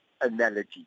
analogy